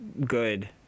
good